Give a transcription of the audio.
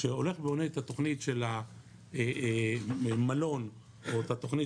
שהולך ובונה את התכנית של המלון או תכנית